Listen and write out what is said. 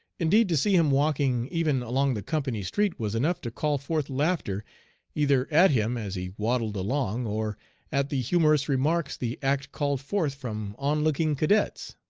indeed to see him walking even along the company street was enough to call forth laughter either at him as he waddled along or at the humorous remarks the act called forth from onlooking cadets.